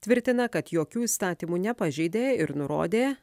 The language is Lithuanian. tvirtina kad jokių įstatymų nepažeidė ir nurodė